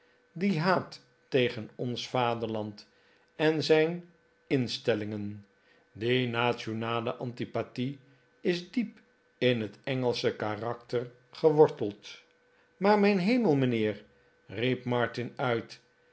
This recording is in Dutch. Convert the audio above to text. die haat tegen ons vaderland en zijn instellingen die nationale antipathie is diep in het engelsche karakter geworteld maar mijn hemel mijnheer riep martin uit